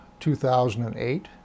2008